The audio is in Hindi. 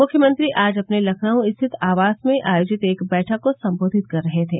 मुख्यमंत्री आज अपने लखनऊ स्थित आवास में आयोजित एक बैठक को सम्बोधित कर रहे थे